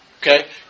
Okay